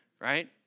right